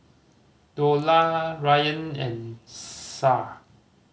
Dollah Ryan and Shah